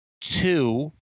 Two